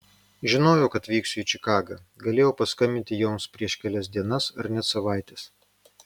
žinojau kad vyksiu į čikagą galėjau paskambinti joms prieš kelias dienas ar net savaites